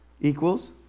equals